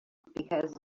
because